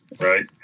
right